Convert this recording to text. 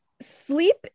sleep